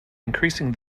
increasing